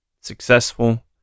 successful